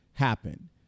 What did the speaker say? Happen